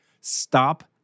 Stop